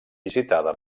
visitada